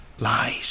lies